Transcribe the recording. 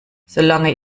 solange